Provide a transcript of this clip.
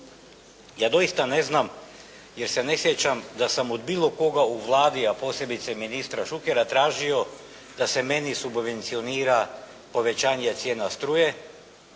Ja doista ne znam, jer se ne sjećam da sam od bilo koga u Vladi, a posebice od ministra Šukera tražio da se meni subvencionira povećanje cijena struje,